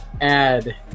add